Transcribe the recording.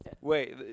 Wait